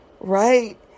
right